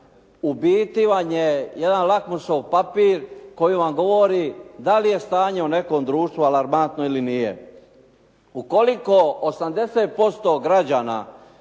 ubiti je jedan lakmusov papir koji vam govori dali je stanje u nekom društvu alarmantno ili nije.